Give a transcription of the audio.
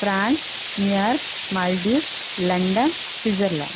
France New York Maldives London Switzerland